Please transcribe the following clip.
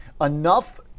enough